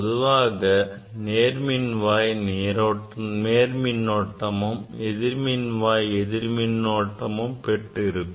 பொதுவாக நேர்மின்வாய் நேர் மின்னோட்டமும் எதிர்மின்வாய் எதிர் மின்னோட்டமும் பெற்றிருக்கும்